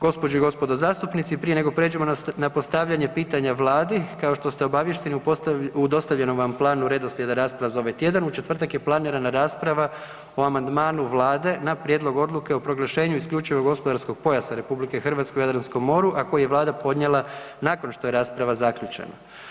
Gospođo i gospodo zastupnici, prije nego prijeđemo na postavljanje pitanja vladi, kao što ste obaviješteni u dostavljenom vam planu redoslijeda rasprava za ovaj tjedan, u četvrtak je planirana rasprava o amandmanu Vlade na prijedlog odluke o proglašenju isključivog gospodarskog pojasa RH u Jadranskom moru, a koji je Vlada podnijela nakon što je rasprava zaključena.